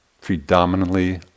predominantly